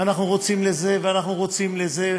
ואנחנו רוצים לזה, ואנחנו רוצים לזה.